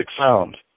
sound